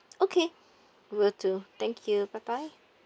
okay will do thank you bye bye